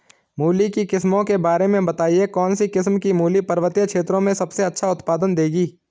मूली की किस्मों के बारे में बताइये कौन सी किस्म की मूली पर्वतीय क्षेत्रों में सबसे अच्छा उत्पादन देंगी?